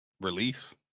release